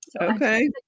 okay